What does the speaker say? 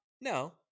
no